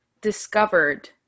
discovered